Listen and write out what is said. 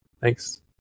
Thanks